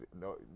no